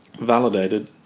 validated